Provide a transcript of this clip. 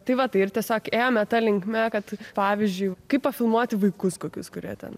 tai va tai ir tiesiog ėjome ta linkme kad pavyzdžiui kaip pafilmuoti vaikus kokius kurie ten